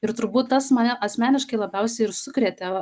ir turbūt tas mane asmeniškai labiausiai ir sukrėtė